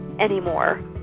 anymore